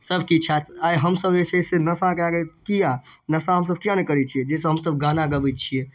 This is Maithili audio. सब किछु हैत आइ हमसब जे छै से नशा कए कऽ किया नशा हमसब किए नहि करै छियै जाहिसँ हमसब गाना गबै छियै